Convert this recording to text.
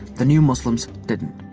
the new muslims didn't.